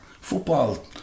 football